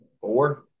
Four